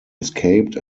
escaped